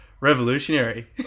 revolutionary